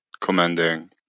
commanding